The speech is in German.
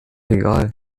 egal